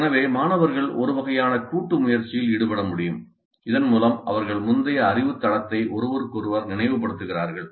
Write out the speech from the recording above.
எனவே மாணவர்கள் ஒரு வகையான கூட்டு முயற்சியில் ஈடுபட முடியும் இதன் மூலம் அவர்கள் முந்தைய அறிவுத் தளத்தை ஒருவருக்கொருவர் நினைவுபடுத்துகிறார்கள்